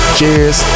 Cheers